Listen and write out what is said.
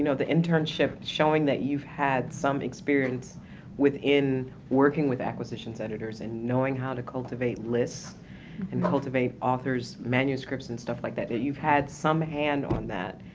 the internship, showing that you've had some experience within working with acquisitions editors and knowing how to cultivate lists and cultivate authors' manuscripts and stuff like that, that you've had some hand on that,